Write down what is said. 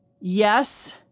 yes